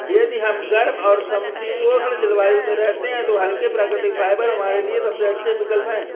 यदि हम गर्म और समशीतोष्ण जलवायु में रहते हैं तो हल्के, प्राकृतिक फाइबर हमारे लिए सबसे अच्छे विकल्प हैं